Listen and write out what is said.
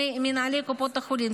עם מנהלי קופות החולים,